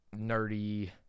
nerdy